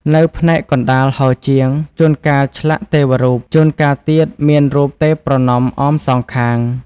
នៅផ្នែកកណ្តាលហោជាង ជួនកាលឆ្លាក់ទេវរូប ជួនកាលទៀតមានរូបទេពប្រណម្យអមសងខាង។